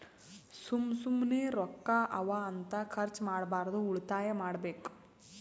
ಸುಮ್ಮ ಸುಮ್ಮನೆ ರೊಕ್ಕಾ ಅವಾ ಅಂತ ಖರ್ಚ ಮಾಡ್ಬಾರ್ದು ಉಳಿತಾಯ ಮಾಡ್ಬೇಕ್